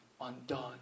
undone